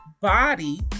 body